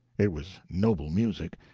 it was noble music,